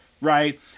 Right